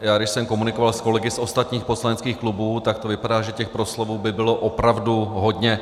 Když jsem komunikoval s kolegy z ostatních poslaneckých klubů, tak to vypadá, že těch proslovů by bylo opravdu hodně.